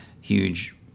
Huge